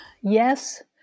yes